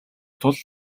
тул